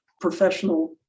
professional